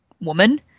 woman